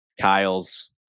Kyles